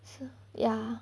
是 ya